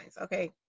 okay